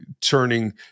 turning